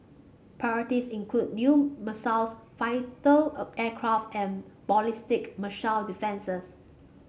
priorities include new missiles fighter aircraft and ballistic missile defences